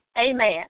Amen